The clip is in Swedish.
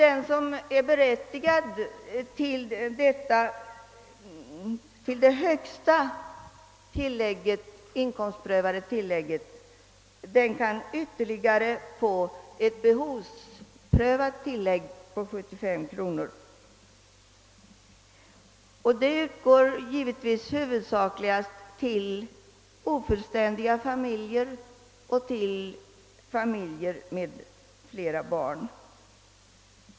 Den som är berättigad till det högsta inkomstprövade tillägget kan dessutom få ytterligare ett behovsprövat tillägg på 75 kronor. Det tillägget utgår givetvis huvudsakligen till ofullständiga familjer och till familjer med flera barn.